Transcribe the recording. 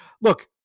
look